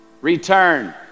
Return